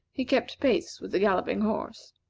he kept pace with the galloping horse.